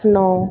ਨੌਂ